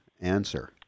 answer